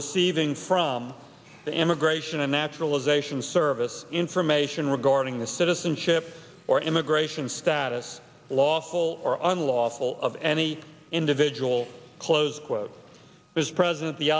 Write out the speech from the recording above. receiving from the immigration and naturalization service information regarding the citizenship or immigration status lawful or unlawful of any individual close quote as president the